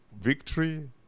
victory